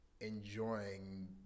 enjoying